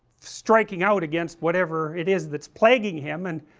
striking out against what ever it is that's plaguing him and